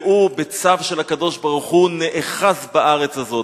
והוא, בצו של הקדוש-ברוך-הוא, נאחז בארץ הזאת.